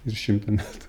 ir šimtą metų